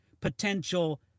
potential